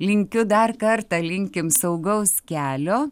linkiu dar kartą linkim saugaus kelio